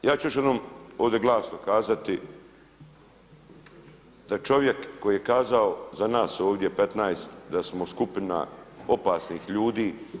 Ja ću još jednom ovdje glasno kazati da čovjek koji je kazao za nas ovdje 15 da smo skupina opasnih ljudi.